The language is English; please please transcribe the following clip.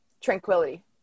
Tranquility